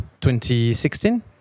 2016